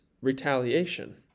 retaliation